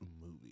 movie